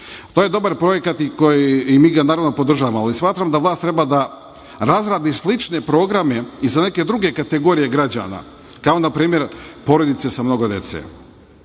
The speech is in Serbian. To je dobar projekat i mi ga, naravno, podržavamo, ali smatram da vlast treba da razradi slične programe i za neke druge kategorije građana, kao na primer porodice sa mnogo dece.U